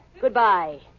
Goodbye